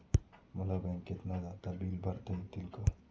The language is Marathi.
मला बँकेत न जाता बिले भरता येतील का?